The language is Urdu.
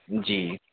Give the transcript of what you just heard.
جی